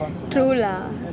true lah